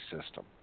system